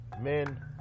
Men